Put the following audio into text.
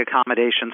accommodations